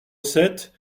sept